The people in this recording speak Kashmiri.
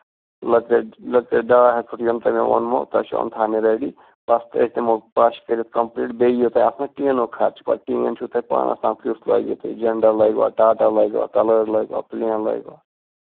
لٔکٕر لٔکٕر ڈاے ہَتھ فٔٹ یِم تۄہہِ مےٚ ووٚنمو تۄہہِ چھَو تِم تھاونہِ ریڈی بَس تہٕ أسۍ دِمو پَش کٔرِتھ کَمپٔلیٖٹ بیٚیہِ یِیِو تۅہہِ اَتھ پَتہٕ ٹیٖنُک خرچہٕ پَتہٕ ٹیٖن چھُو تۄہہِ پانَس تام کیُتھ لٲگِو تُہۍ جِنٛدل لٲگۍوا ٹاٹا لٲگۍوا کَلٲڈ لٲۍوا پٔلین لٲگٗۍوا